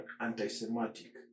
anti-Semitic